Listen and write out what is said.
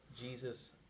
Jesus